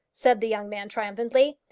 said the young man triumphantly.